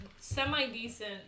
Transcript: semi-decent